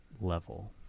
level